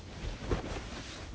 oh